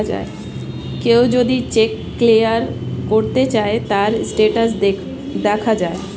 কেউ যদি cheque clear করতে চায়, তার স্টেটাস দেখা যায়